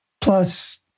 Plus